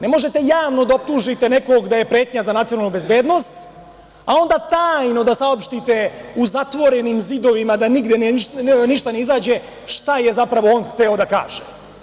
Ne možete javno da optužite nekog da je pretnja za nacionalnu bezbednost, a onda tajno da saopštite, u zatvorenim zidovima, da ništa ne izađe, šta je zapravo on hteo da kaže.